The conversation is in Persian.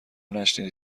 نشنیدی